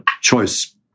choice